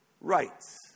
rights